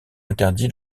interdit